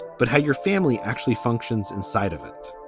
but how your family actually functions inside of it